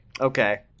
Okay